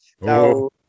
now